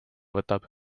võtab